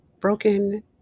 broken